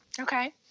Okay